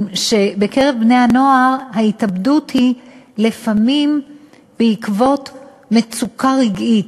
שבקרב בני-הנוער ההתאבדות היא לפעמים בעקבות מצוקה רגעית,